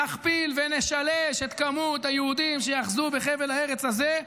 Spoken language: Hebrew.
נכפיל ונשלש את כמות היהודים שייאחזו בחבל הארץ הזה.